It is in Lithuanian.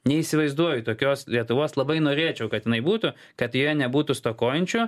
neįsivaizduoju tokios lietuvos labai norėčiau kad jinai būtų kad joje nebūtų stokojančio